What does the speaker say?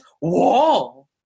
wall